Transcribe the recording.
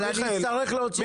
אבל אני אצטרך להוציא אותך.